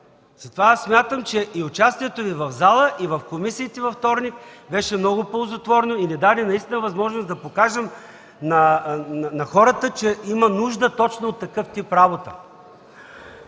Аз смятам, че участието Ви в зала и в комисии във вторник беше много ползотворно и ни даде наистина възможност да покажем на хората, че има нужда точно от такъв тип работа.